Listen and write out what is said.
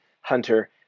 hunter